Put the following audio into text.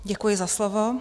Děkuji za slovo.